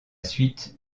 suite